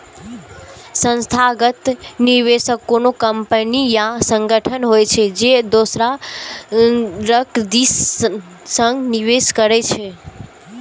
संस्थागत निवेशक कोनो कंपनी या संगठन होइ छै, जे दोसरक दिस सं निवेश करै छै